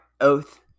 oath